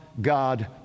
God